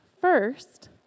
first